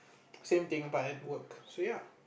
same thing but at work so ya